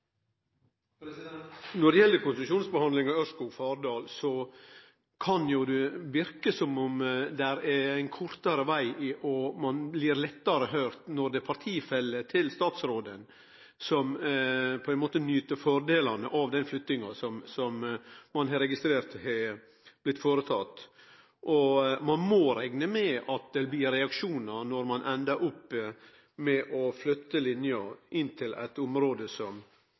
tatt. Når det gjeld konsesjonsbehandlinga av Ørskog–Fardal, kan det virke som om det er ein kortare veg og at ein blir lettare høyrd når det er partifelle til statsråden som på ein måte nyt fordelane av den flyttinga som ein har registrert er blitt føretatt. Ein må rekne med at det blir reaksjonar når ein endar opp med å flytte linja inn til eit område som